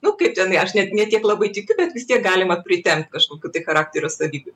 nu kaip tenai aš net ne tiek labai tikiu bet vis tiek galima pritempt kažkokių tai charakterio savybių